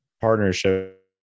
partnership